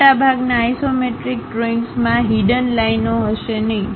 મોટાભાગના આઇસોમેટ્રિક ડ્રોઇંગ્સમાં હિડન લાઇનઓ હશે નહીં